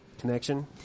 connection